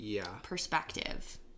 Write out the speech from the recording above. perspective